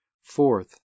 Fourth